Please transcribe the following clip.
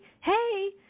hey